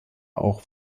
auch